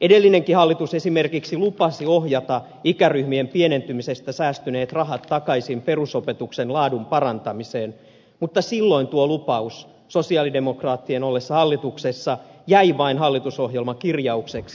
edellinenkin hallitus esimerkiksi lupasi ohjata ikäryhmien pienentymisestä säästyneet rahat takaisin perusopetuksen laadun parantamiseen mutta silloin tuo lupaus sosialidemokraattien ollessa hallituksessa jäi vain hallitusohjelmakirjaukseksi